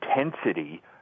intensity